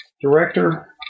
director